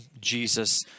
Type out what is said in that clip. Jesus